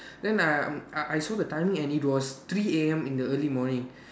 then I uh I I saw the timing and it was three A_M in the early morning